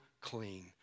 clean